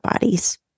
bodies